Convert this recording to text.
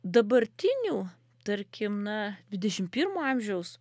dabartinių tarkim na dvidešim pirmo amžiaus